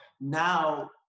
now